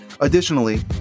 Additionally